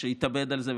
שהתאבד על זה,